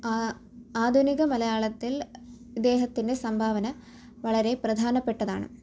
ആധുനിക മലയാളത്തിൽ ഇദ്ദേഹത്തിൻ്റെ സംഭാവന വളരെ പ്രധാനപ്പെട്ടതാണ്